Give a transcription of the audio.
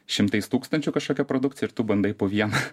šimtais tūkstančių kažkokią produkciją ir tu bandai po vieną